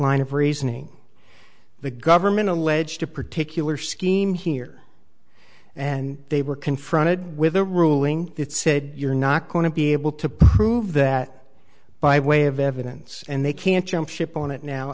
line of reasoning the government alleged a particular scheme here and they were confronted with a ruling that said you're not going to be able to prove that by way of evidence and they can't jump ship on it now